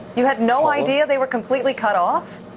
you had no idea they were completely cut off?